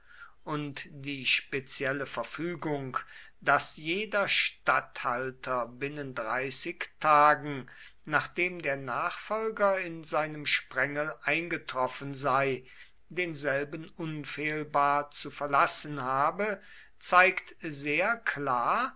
und die spezielle verfügung daß jeder statthalter binnen dreißig tagen nachdem der nachfolger in seinem sprengel eingetroffen sei denselben unfehlbar zu verlassen habe zeigt sehr klar